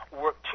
work